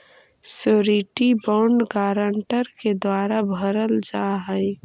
surety bond guarantor के द्वारा भरल जा हइ